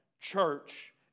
church